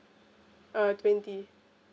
uh twenty